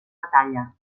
batalla